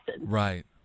right